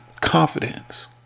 Confidence